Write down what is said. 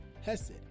HESED